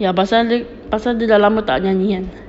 ya pasal dia pasal dia dah lama tak nyanyi kan